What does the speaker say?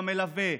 המלווה,